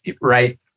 right